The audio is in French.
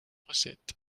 recettes